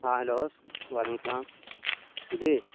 ہاں ہیلو وعلیکم السلام جی